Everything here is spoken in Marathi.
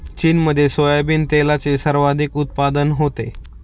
चीनमध्ये सोयाबीन तेलाचे सर्वाधिक उत्पादन होते